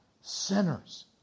sinners